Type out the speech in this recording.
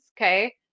okay